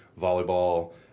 volleyball